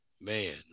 man